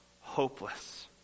hopeless